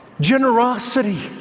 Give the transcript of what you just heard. generosity